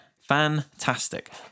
Fantastic